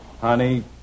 Honey